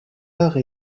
arts